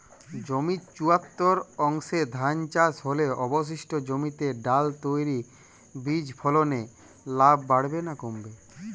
জমির চুয়াত্তর শতাংশে ধান চাষ হলে অবশিষ্ট জমিতে ডাল তৈল বীজ ফলনে লাভ বাড়বে না কমবে?